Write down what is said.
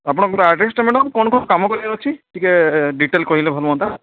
ଆପଣଙ୍କର ଆଡ଼୍ରେସ୍ଟା ମ୍ୟାଡ଼ାମ୍ କ'ଣ କ'ଣ କାମ କରିବାର ଅଛି ଟିକେ ଡିଟେଲ୍ କହିଲେ ଭଲ ହୁଅନ୍ତା